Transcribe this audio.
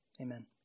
Amen